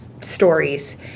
stories